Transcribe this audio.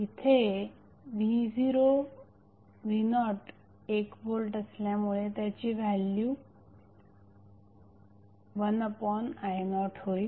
येथे v01V असल्यामुळे त्याची व्हॅल्यु 1i0 होईल